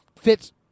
fits